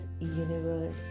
universe